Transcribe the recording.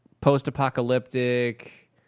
post-apocalyptic